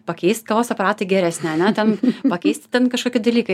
pakeist kavos aparatą į geresnę ane ten pakeisti ten kažkokį dalyką